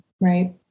Right